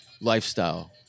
lifestyle